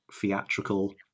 theatrical